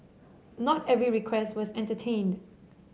not every request was entertained